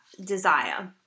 desire